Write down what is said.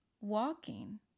walking